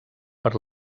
per